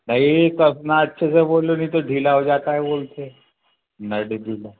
नहीं कसना अच्छे से बोलो नहीं तो ढीला हो जाता बोलते नट ढीला